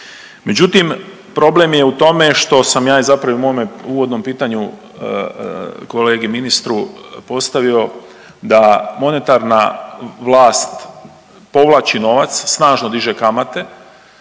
Međutim, problem je u tome što sam ja i zapravo u mome uvodnom pitanju kolegi ministru postavio da monetarna vlast povlači novac, snažno diže kamate,